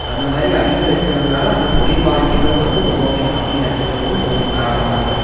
அந்தமாதிரி அதிகம் இருக்கிறதுனால அங்கே தொழில் வாய்ப்புகளும் வந்து ரொம்பவும் கம்மியாகருக்குறதும் ஒரு காரணமாயிருக்கு